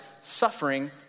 suffering